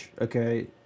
okay